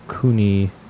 Kuni